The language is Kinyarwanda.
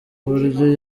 buryo